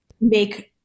make